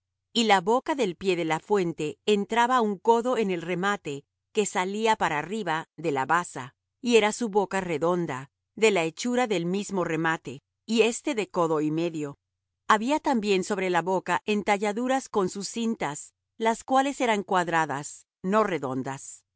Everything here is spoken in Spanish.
y la boca del pie de la fuente entraba un codo en el remate que salía para arriba de la basa y era su boca redonda de la hechura del mismo remate y éste de codo y medio había también sobre la boca entalladuras con sus cintas las cuales eran cuadradas no redondas